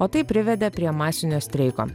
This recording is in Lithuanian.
o tai privedė prie masinio streiko